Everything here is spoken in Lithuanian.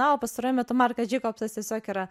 na o pastaruoju metu markas jacobs tiesiog yra